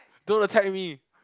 don't attack me